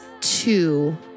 two